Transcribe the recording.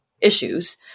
issues